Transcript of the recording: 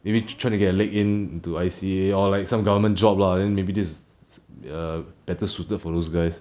maybe try to get a leg in into I_C_A or like some government job lah then maybe they err better suited for those guys